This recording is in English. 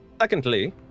Secondly